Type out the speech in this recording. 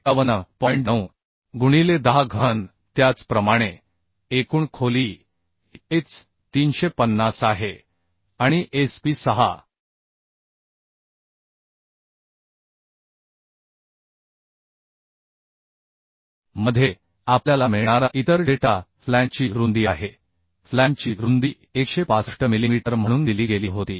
9 गुणिले 10 घन त्याचप्रमाणे एकूण खोली एच 350 आहे आणि SP 6 मध्ये आपल्याला मिळणारा इतर डेटा फ्लॅंजची रुंदी आहे फ्लॅंजची रुंदी 165 मिलीमीटर म्हणून दिली गेली होती